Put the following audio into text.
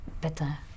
better